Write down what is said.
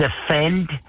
Defend